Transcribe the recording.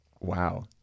Wow